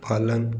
पालन